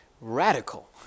radical